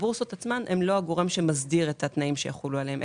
הבורסות עצמן הן לא הגורם שמסדיר את התנאים שיחולו עליהן,